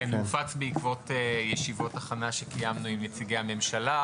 הופץ בעקבות ישיבות הכנה שקיימנו עם נציגי הממשלה.